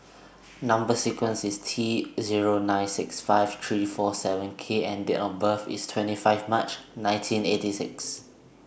Number sequence IS T Zero nine six five three four seven K and Date of birth IS twenty five March nineteen eighty six